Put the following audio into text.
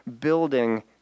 building